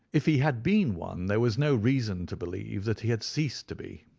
if he had been one there was no reason to believe that he had ceased to be.